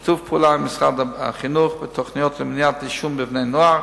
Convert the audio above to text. שיתוף פעולה עם משרד החינוך ותוכניות למניעת עישון בבני-נוער,